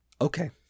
Okay